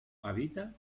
habita